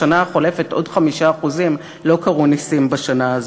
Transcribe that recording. בשנה החולפת עוד 5% לא קרו נסים בשנה הזאת.